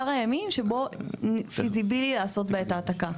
הימים שבו- -- לעשות בהם את ההעתקה.